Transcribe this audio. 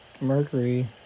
Mercury